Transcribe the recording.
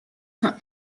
her